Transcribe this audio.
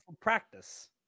practice